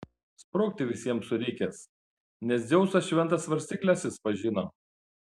sprukti visiems surikęs nes dzeuso šventas svarstykles jis pažino